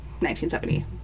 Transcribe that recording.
1970